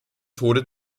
tode